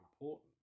important